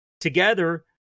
together